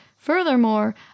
Furthermore